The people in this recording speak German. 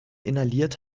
inhaliert